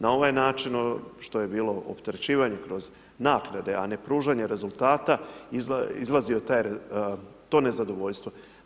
Na ovaj način što je bilo opterećivanje kroz naknade a ne pružanje rezultata, izlazilo je to nezadovoljstvo.